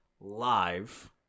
live